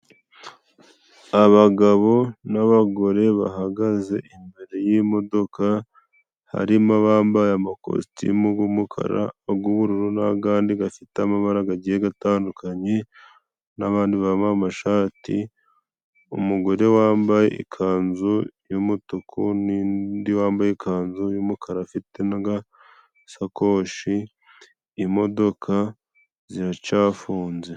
Abagabo n'abagore bahagaze imbere y'imodoka, harimo abambaye amakositimu y'umukara ay'ubururu n'ayandi afite amabara agiye atandukanye, n'abandi bambaye amashati, umugore wambaye ikanzu y'umutuku, n'undi wambaye ikanzu y'umukara afite n'agasakoshi, imodoka ziracyafunze.